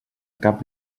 cap